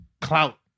clout